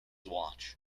watch